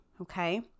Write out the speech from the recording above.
Okay